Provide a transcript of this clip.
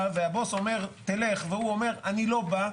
והבוס אומר תלך והוא אומר אני לא בא,